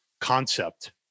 concept